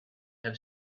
have